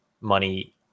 money